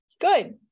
Good